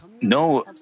no